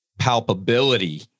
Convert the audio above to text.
palpability